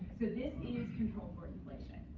so this is controlled for inflation.